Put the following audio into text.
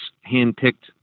hand-picked